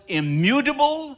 immutable